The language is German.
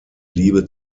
liebe